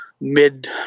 mid